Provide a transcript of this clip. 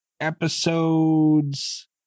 episodes